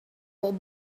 would